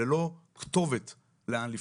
ללא כתובת לאן לפנות.